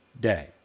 day